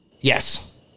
Yes